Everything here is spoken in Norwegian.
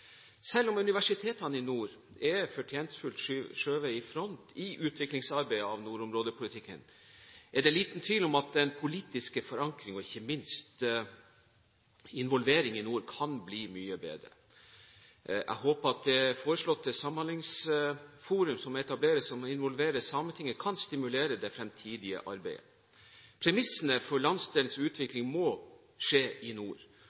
Selv om universitetene i nord fortjenstfullt er skjøvet i front i utviklingsarbeidet av nordområdepolitikken, er det liten tvil om at den politiske forankring og ikke minst involvering i nord kan bli mye bedre. Jeg håper at det foreslåtte samhandlingsforumet som etableres, og som involverer Sametinget, kan stimulere det fremtidige arbeidet. Premissene for landsdelens utvikling må ligge i nord,